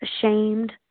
ashamed